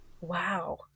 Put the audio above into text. Wow